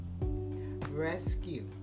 rescue